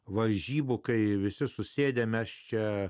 varžybų kai visi susėdę mes čia